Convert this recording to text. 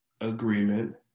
agreement